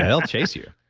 ah they'll chase you.